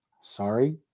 Sorry